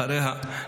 אחריה,